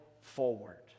forward